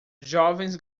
jovens